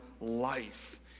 life